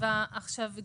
אם